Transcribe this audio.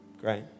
Great